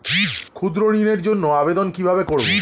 ক্ষুদ্র ঋণের জন্য আবেদন কিভাবে করব?